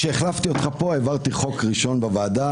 כשהחלפתי אותך פה העברתי חוק ראשון בעבר,